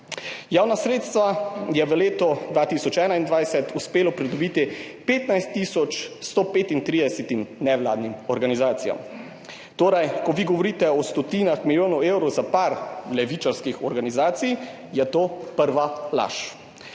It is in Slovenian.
Javna sredstva je v letu 2021 uspelo pridobiti 15 tisoč 135 nevladnim organizacijam. Torej ko vi govorite o stotinah milijonov evrov za nekaj levičarskih organizacij, je to prva laž.